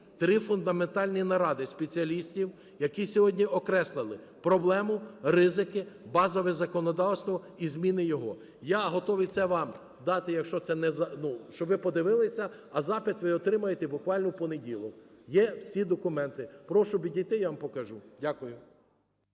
три фундаментальні наради спеціалістів, які сьогодні окреслили проблему, ризики, базове законодавство і зміни його. Я готовий це вам дати, щоб ви подивилися. А запит ви отримаєте буквально в понеділок. Є всі документи. Прошу підійти, я вам покажу. Дякую.